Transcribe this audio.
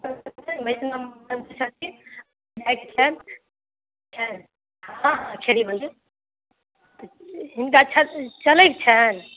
ओतऽ जे छथिन वैष्णव मन्दिर छथिन जाएके छनि छनि हँ हँ छलै मन्दिर मुदा छथिन चलैके छनि